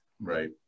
Right